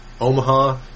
Omaha